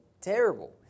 terrible